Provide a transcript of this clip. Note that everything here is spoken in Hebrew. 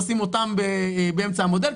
לשים אותן באמצע המודל.